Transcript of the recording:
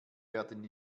werden